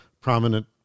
prominent